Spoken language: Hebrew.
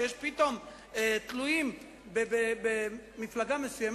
כשפתאום תלויים במפלגה מסוימת,